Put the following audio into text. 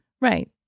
Right